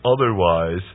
otherwise